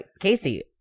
Casey